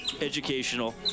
educational